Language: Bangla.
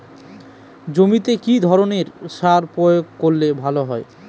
জমিতে কি ধরনের সার প্রয়োগ করলে ভালো হয়?